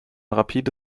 rapide